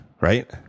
right